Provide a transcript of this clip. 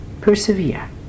persevere